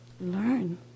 Learn